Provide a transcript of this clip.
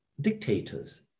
dictators